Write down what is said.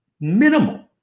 minimal